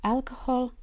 Alcohol